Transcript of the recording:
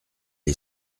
est